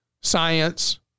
science